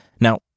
Now